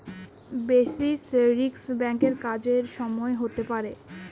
basis risk ব্যাঙ্কের কাজের সময় হতে পারে